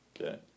Okay